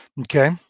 Okay